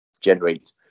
generate